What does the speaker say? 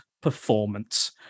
performance